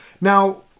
Now